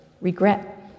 regret